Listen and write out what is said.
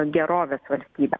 gerovės valstybę